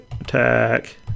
attack